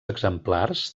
exemplars